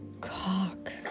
cock